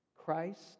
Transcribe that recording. Christ